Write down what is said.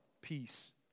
Peace